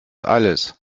alles